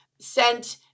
sent